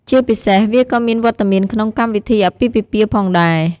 ជាពិសេសវាក៏មានវត្តមានក្នុង កម្មវិធីអាពាហ៍ពិពាហ៍ ផងដែរ។